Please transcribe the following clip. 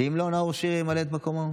אם לא, נאור שירי ימלא את מקומו.